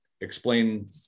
explain